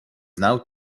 now